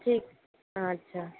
ठीक अच्छा